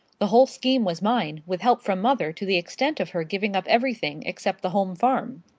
the whole scheme was mine, with help from mother to the extent of her giving up everything except the home farm.